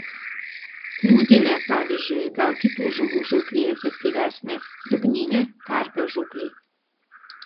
plūdinė pavyzdžiui gal kitų žuvų žūklei efektyvesnė dugninė karpio žūklei